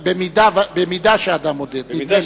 "במידה שאדם מודד", ולא "בדרך".